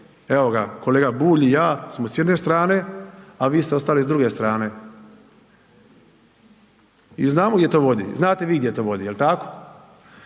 evo ga, kolega Bulj i ja smo s jedne strane, a vi ste ostali s druge strane. I znamo gdje to vodi, znate i vi gdje to vodi, je li tako?